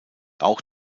auch